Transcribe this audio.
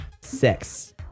Six